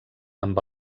amb